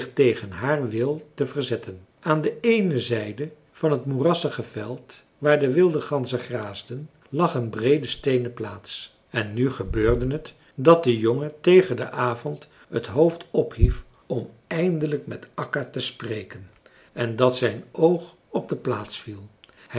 tegen haar wil te verzetten aan de eene zijde van het moerassige veld waar de wilde ganzen graasden lag een breede steenen plaats en nu gebeurde het dat de jongen tegen den avond het hoofd ophief om eindelijk met akka te spreken en dat zijn oog op de plaats